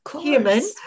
human